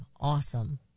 awesome